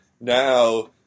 now